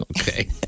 okay